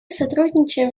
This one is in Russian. сотрудничаем